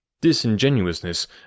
Disingenuousness